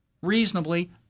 reasonably